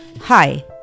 Hi